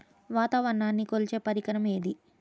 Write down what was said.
వాతావరణాన్ని కొలిచే పరికరం ఏది?